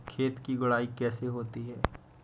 खेत की गुड़ाई कैसे होती हैं?